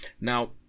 now